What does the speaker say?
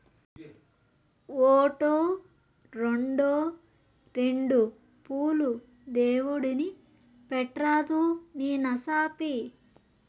ఓటో, రోండో రెండు పూలు దేవుడిని పెట్రాదూ నీ నసాపి